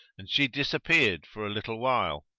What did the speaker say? and she disappeared for a little while.